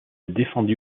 défendu